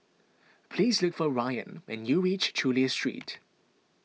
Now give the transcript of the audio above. please look for Rayan when you reach Chulia Street